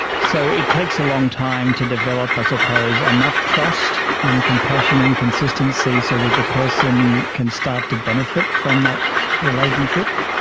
so it takes a long time to develop i suppose enough trust and compassion and consistency so that the person can start to benefit from that relationship.